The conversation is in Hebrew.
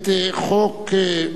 (תיקון),